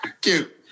Cute